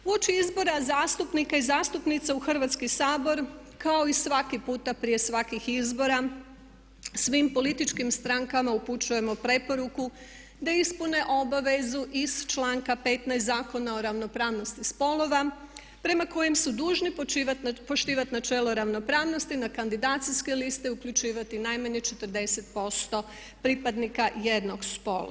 Uoči izbora zastupnica i zastupnika u Hrvatski sabor kao i svaki puta prije svakih izbora svim političkim strankama upućujemo preporuku da ispune obavezu iz članka 15 Zakona o ravnopravnosti spolova prema kojem su dužni poštivati načelo ravnopravnosti na kandidacijske liste uključivati najmanje 40% pripadnika jednog spola.